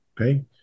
Okay